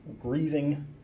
grieving